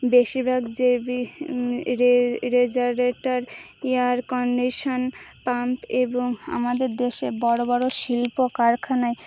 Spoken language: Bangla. বেশিরভাগ জেবি রেজারেটার এয়ার কন্ডিশান পাম্প এবং আমাদের দেশে বড়ো বড়ো শিল্প কারখানায়